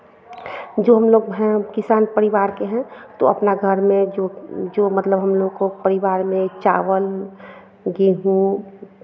जो हम लोग है किसान परिवार के हैं तो अपना घर में जो जो मतलब हम लोग को परिवार में चावल गेहूं